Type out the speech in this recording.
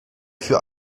für